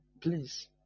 please